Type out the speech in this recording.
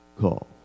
call